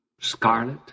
scarlet